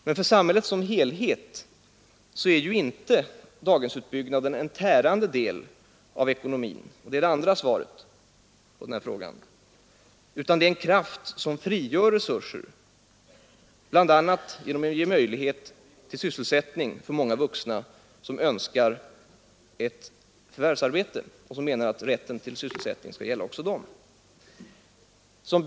Men för samhället som helhet är inte daghemsutbyggnaden en tärande del av ekonomin — och detta är det andra svaret på frågan — utan en kraft som frigör resurser, bl.a. genom att ge möjlighet till sysselsättning för många vuxna som önskar ett förvärvsarbete och som menar att rätten till sysselsättning skall gälla också dem.